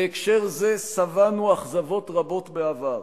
בהקשר זה שבענו אכזבות רבות בעבר,